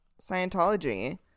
Scientology